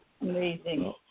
Amazing